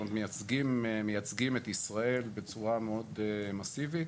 מייצגים את ישראל בצורה מאוד מאסיבית.